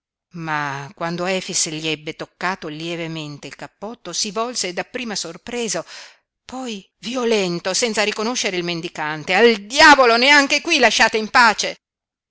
ma quando efix gli ebbe toccato lievemente il cappotto si volse dapprima sorpreso poi violento senza riconoscere il mendicante al diavolo neanche qui lasciate in pace